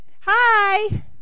hi